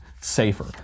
safer